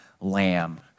lamb